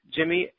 Jimmy